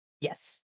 Yes